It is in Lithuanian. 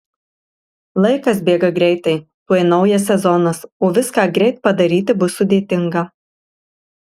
laikas bėga greitai tuoj naujas sezonas o viską greit padaryti bus sudėtinga